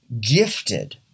gifted